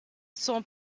son